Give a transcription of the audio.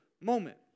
moment